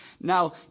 Now